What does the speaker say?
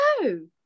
No